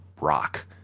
rock